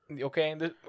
Okay